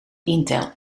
intel